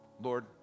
Lord